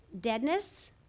Deadness